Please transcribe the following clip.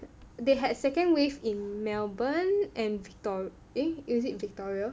they had second wave in Melbourne and Victor~ eh is it Victoria